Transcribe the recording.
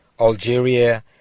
Algeria